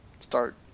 start